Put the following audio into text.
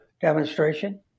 demonstration